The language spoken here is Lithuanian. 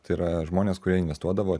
tai yra žmonės kurie investuodavo